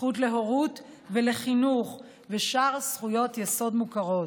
זכות להורות ולחינוך ושאר זכויות יסוד מוכרות,